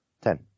Ten